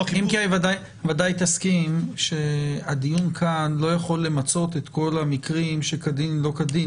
ודאי תסכים שהדיון כאן לא יכול למצות את כל המקרים האלה.